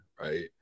right